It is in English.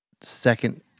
second